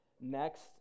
Next